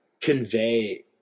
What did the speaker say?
convey